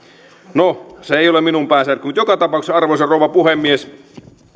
no se ei ole minun päänsärkyni joka tapauksessa arvoisa rouva puhemies